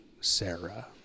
Sarah